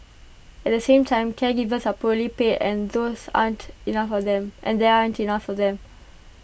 at the same time caregivers are poorly paid and those aren't enough of them and there aren't enough of them